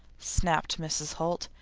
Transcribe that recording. snapped mrs. holt,